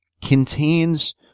contains